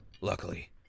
Luckily